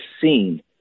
seen